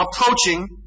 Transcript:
approaching